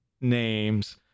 names